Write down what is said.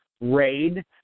Raid